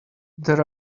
there